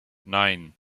nein